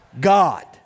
God